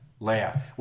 Leia